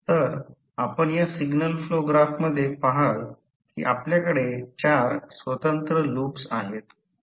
तर आपण या सिग्नल फ्लो ग्राफमध्ये पहाल की आपल्याकडे चार स्वतंत्र लूप्स आहेत